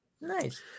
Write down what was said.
nice